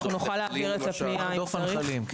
אנחנו נוכל להעביר את הפנייה --- הרדוף הנחלים.